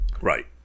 right